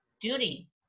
duty